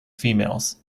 females